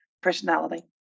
personality